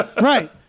Right